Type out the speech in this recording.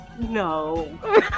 no